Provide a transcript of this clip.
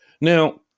Now